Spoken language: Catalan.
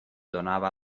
donava